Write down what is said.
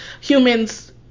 humans